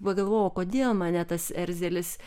pagalvojau o kodėl mane tas erzelis